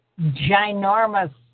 ginormous